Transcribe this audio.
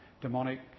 demonic